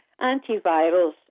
Antivirals